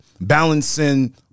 balancing